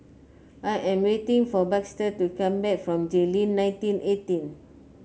I am waiting for Baxter to come back from Jayleen nineteen eighteen